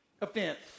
offense